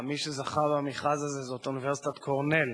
מי שזכה במכרז הזה זאת אוניברסיטת קורנל,